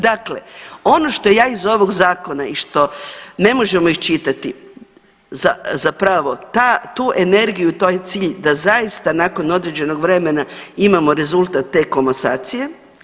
Dakle, ono što ja iz ovog zakona i što ne možemo iščitati zapravo ta, tu energiju to je cilj da zaista nakon određenog vremena imamo rezultat te komasacije.